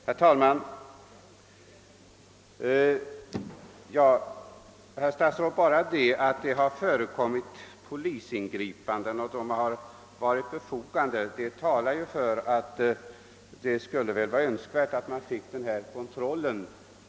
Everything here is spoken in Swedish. Herr talman! Den omständigheten att det förekommit polisingripanden som har visat sig vara befogade talar för att det skulle vara önskvärt med en kontroll.